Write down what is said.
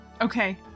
Okay